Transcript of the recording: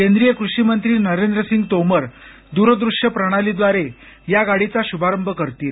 केंद्रीय कृषी मंत्री नरेंद्रसिंग तोमर दूरदृश्य प्रणालीद्वारे या गाडीचा शुभारंभ करतील